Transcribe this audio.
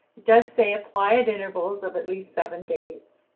does say apply at intervals of at least seven days.